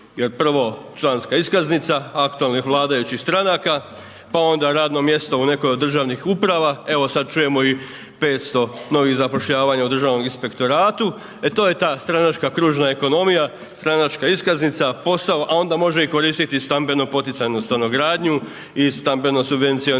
prva članska iskaznica, aktualnih vladajućih stranaka, pa onda radno mjesto u nekoj od državnih uprava, evo sada čujemo i 500 novih zapošljavanja u Državnom inspektoratu. E to je ta, stranačka kružna ekonomija, stranačka iskaznica, posao a onda može i koristiti stambeno poticajnu stanogradnju i stambeno subvencioniranje